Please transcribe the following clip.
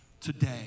today